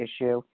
issue